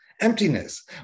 Emptiness